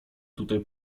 tutaj